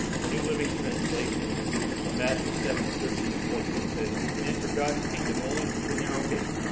the new living translation from matthew seven, thirteen and fourteen it says, you can enter god's kingdom only through the narrow gate.